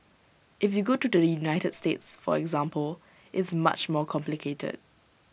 if you go to the united states for example it's much more complicated